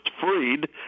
freed